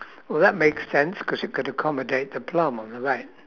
well that makes sense cause it could accommodate the plum on the right